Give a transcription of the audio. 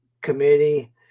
committee